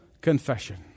confession